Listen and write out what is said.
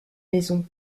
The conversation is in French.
maison